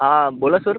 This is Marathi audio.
हां बोला सर